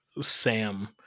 Sam